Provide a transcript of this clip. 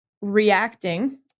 reacting